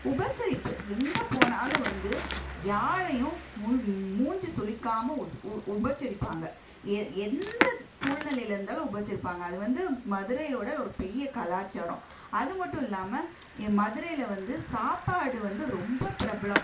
உபசரிப்பு எங்கே போனாலும் வந்து யாரையும் மூ மூஞ்சி சுலிக்காமல் உ உ உபசரிப்பாங்கள் எ எந்த சூல்நிலைல இருந்தாலும் உபசரிப்பாங்கள் அது வந்து மதுரையோட ஒரு பெரிய கலாச்சாரம் அது மட்டும் இல்லாமல் மதுரையில வந்து சாப்பாடு வந்து ரொம்ப பிரபலம்